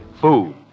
food